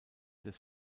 des